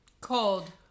cold